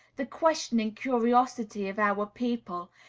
the questioning curiosity of our people,